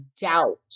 doubt